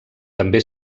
també